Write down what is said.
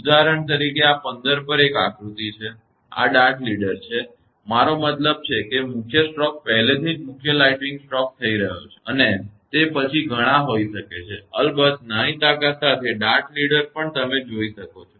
ઉદાહરણ તરીકે આ 15 પર એક આકૃતિ છે આ ડાર્ટ લીડર છે મારો મતલબ છે કે મુખ્ય સ્ટ્રોક પહેલેથી જ મુખ્ય લાઇટિંગ સ્ટ્રોક થઈ ચૂક્યો છે અને તે પછી ઘણા હોઈ શકે છે અલબત્ત નાની તાકાત સાથે ડાર્ટ લીડર પણ તમે તેને જોઈ શકો છો